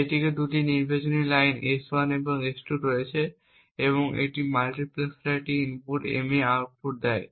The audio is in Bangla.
এটিতে দুটি নির্বাচনী লাইন S1 এবং S2 রয়েছে এবং এটি মাল্টিপ্লেক্সের একটি ইনপুট M আউটপুটে দেয়